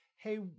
Hey